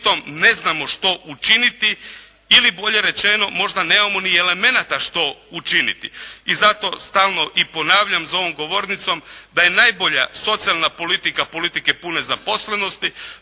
I zato stalno i ponavljam za ovom govornicom, da je najbolja socijalna politika politika pune zaposlenosti,